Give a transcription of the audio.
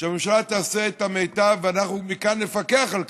שהממשלה תעשה את המיטב, ואנחנו מכאן נפקח על כך.